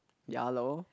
ya lor